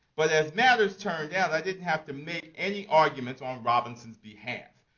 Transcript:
but as matters turned out, i didn't have to make any arguments on robinson's behalf.